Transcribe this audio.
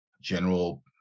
general